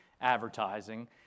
advertising